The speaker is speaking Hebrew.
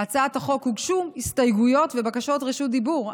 להצעת החוק הוגשו הסתייגויות ובקשות רשות דיבור.